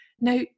Now